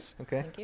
Okay